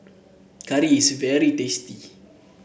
is very tasty